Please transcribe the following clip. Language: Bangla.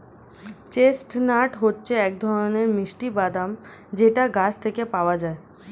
চেস্টনাট হচ্ছে এক ধরনের মিষ্টি বাদাম যেটা গাছ থেকে পাওয়া যায়